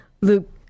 Luke